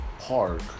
park